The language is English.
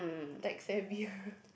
tech savvy ah